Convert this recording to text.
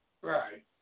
Right